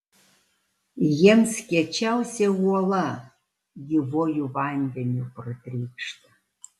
jiems kiečiausia uola gyvuoju vandeniu pratrykšta